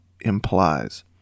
implies